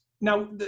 now